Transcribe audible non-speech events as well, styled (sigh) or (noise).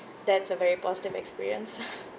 that's a very positive experience (laughs)